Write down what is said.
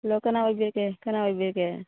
hello ꯀꯅꯥ ꯑꯣꯏꯕꯤꯔꯒꯦ ꯀꯅꯥ ꯑꯣꯏꯕꯤꯔꯒꯦ